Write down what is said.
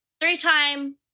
three-time